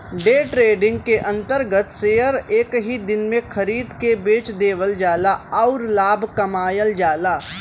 day trading के अंतर्गत share एक ही दिन में खरीद के बेच देवल जाला आउर लाभ कमायल जाला